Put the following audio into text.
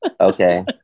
Okay